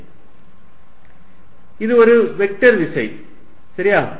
FF1F2 இது ஒரு vector விசை சரியா